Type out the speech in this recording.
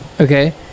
Okay